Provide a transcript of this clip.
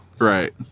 Right